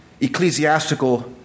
ecclesiastical